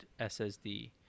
SSD